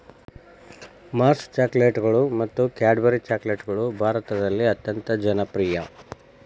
Mars ಚಾಕೊಲೇಟ್ಗಳು ಮತ್ತು Cadbury ಚಾಕೊಲೇಟ್ಗಳು ಭಾರತದಲ್ಲಿ ಅತ್ಯಂತ ಜನಪ್ರಿಯ